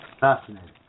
Fascinating